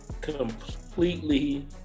completely